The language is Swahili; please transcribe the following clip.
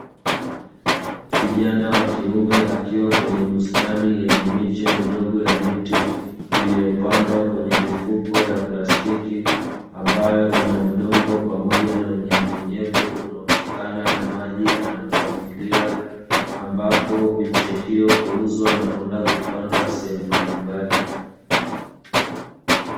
Kijana wa kiume, akiwa kwenye bustani yenye miche midogo ya miti, iliyopandwa kwenye mifuko ya plastiki ambayo ina udongo pamoja na unyevuunyevu unaotokana na maji anayomwagilia, ambapo miche hiyo huuzwa na kwenda kupandwa sehemu mbalimbali.